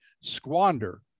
squander